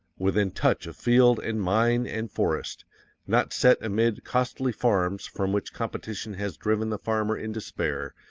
within touch of field and mine and forest not set amid costly farms from which competition has driven the farmer in despair,